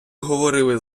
говорили